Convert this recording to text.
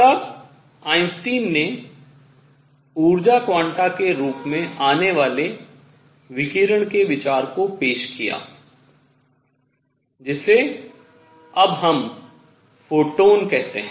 तब आइंस्टीन ने ऊर्जा क्वांटा के रूप में आने वाले विकिरण के विचार को पेश किया जिसे अब हम फोटॉन कहते हैं